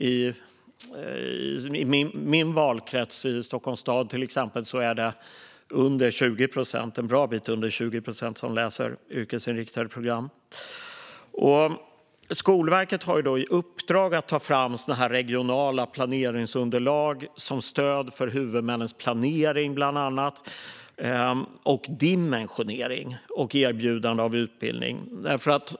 I min valkrets, Stockholms stad, är det en bra bit under 20 procent som läser yrkesinriktade program. Skolverket har i uppdrag att ta fram regionala planeringsunderlag som stöd för huvudmännens planering, dimensionering och erbjudande av utbildning.